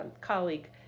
colleague